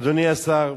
אדוני השר,